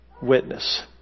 witness